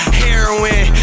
heroin